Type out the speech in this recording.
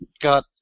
got